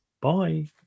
Bye